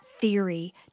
theory